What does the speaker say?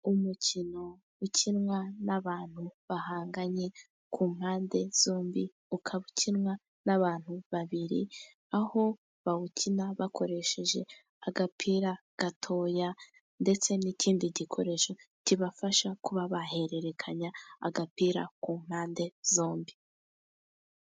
Umukino ukinwa n'abantu bahanganye ku mpande zombi, ukaba ukinwa n'abantu babiri. Aho bawukina bakoresheje agapira gatoya, ndetse n'ikindi gikoresho kibafasha kuba bahererekanya agapira ku mpande zombi.